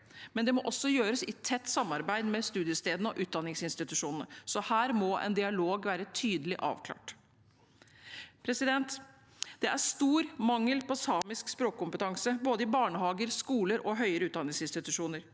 men det må gjøres i tett samarbeid med studiestedene og utdanningsinstitusjonene, så her må en dialog være tydelig avklart. Det er stor mangel på samisk språkkompetanse, i både barnehager, skoler og høyere utdanningsinstitusjoner.